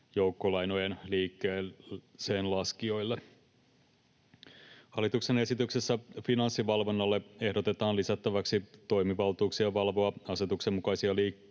joukkolainojen liikkeeseenlaskijoille. Hallituksen esityksessä Finanssivalvonnalle ehdotetaan lisättäväksi toimivaltuuksia valvoa asetuksen mukaisia